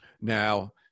Now